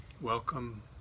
Welcome